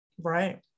Right